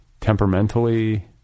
temperamentally